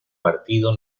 partido